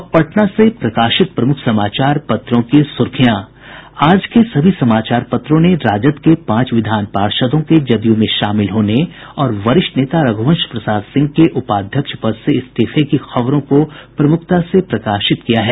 अब पटना से प्रकाशित प्रमुख समाचार पत्रों की सुर्खियां आज के सभी समाचार पत्रों ने राजद के पांच विधान पार्षदों के जदयू में शामिल होने और वरिष्ठ नेता रघुवंश प्रसाद के उपाध्यक्ष पद से इस्तीफे की खबरों को प्रमुखता से प्रकाशित किया है